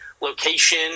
location